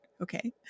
Okay